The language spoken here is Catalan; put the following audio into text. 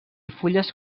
fulles